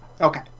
okay